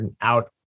out